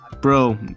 Bro